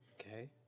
Okay